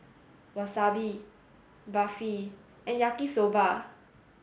Wasabi Barfi and Yaki Soba